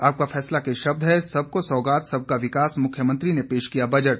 आपका फैसला के शब्द हैं सबको सौगात सबका विकास मुख्यमंत्री ने पेश किया बजट